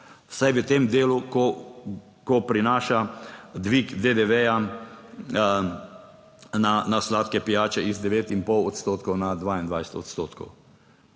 vsaj v tem delu. Ko prinaša dvig DDV na sladke pijače iz 9,5 odstotkov na 22 odstotkov.